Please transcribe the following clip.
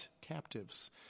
captives